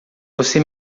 você